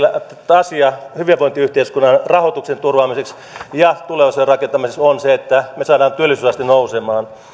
asiamme hyvinvointiyhteiskunnan rahoituksen turvaamiseksi ja tulevaisuuden rakentamiseksi on se että me saamme työllisyysasteen nousemaan